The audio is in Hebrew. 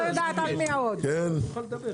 אני מציע שנעבור